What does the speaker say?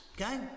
Okay